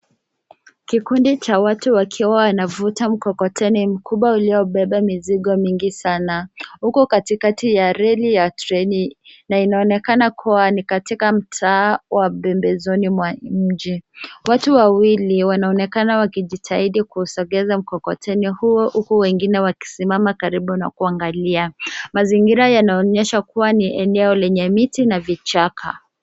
Kikundi cha watu wakiwa wanavuta mkokoteni mkubwa uliobeba mizigo mingi sana, huku katikati ya reli ya treni na inaonekana kuwa ni katika mtaa wa pembezoni mwa mji. Watu wawili wanaonekana wakijitahidi kusongeza mkokoteni huo huku wengine wakisimama karibu na kuangalia. Mazingira yanaonyesha kuwa ni eneo lenye miti na vichaka.